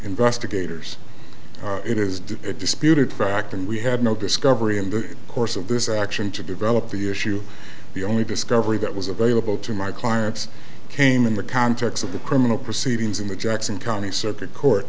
investigators it is do it disputed fact and we had no discovery in the course of this action to develop the issue the only discovery that was available to my clients came in the context of the criminal proceedings in the jackson county circuit court